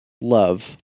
love